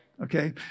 okay